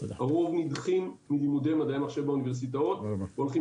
הרוב נדחים מלימודי מדעי המחשב באוניברסיטאות והולכים